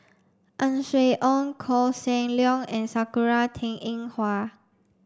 Ang Swee Aun Koh Seng Leong and Sakura Teng Ying Hua